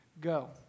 Go